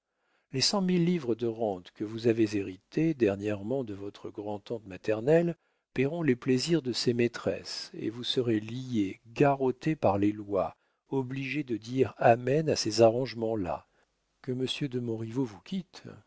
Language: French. les cent mille livres de rente que vous avez héritées dernièrement de votre grand'tante maternelle payeront les plaisirs de ses maîtresses et vous serez liée garrottée par les lois obligée de dire amen à ces arrangements là que monsieur de montriveau vous quitte